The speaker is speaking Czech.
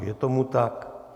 Je tomu tak.